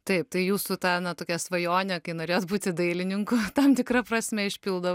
taip tai jūsų ta na tokia svajonė kai norės būti dailininku tam tikra prasme išpildo